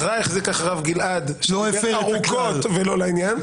החזיק אחריו גלעד, דיבר ארוכות ולא לעניין.